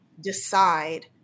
decide